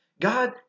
God